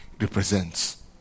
represents